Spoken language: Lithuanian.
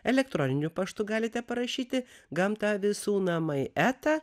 elektroniniu paštu galite parašyti gamta visų namai eta